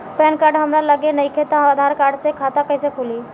Pan card हमरा लगे नईखे त आधार कार्ड से खाता कैसे खुली?